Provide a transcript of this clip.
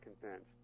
convinced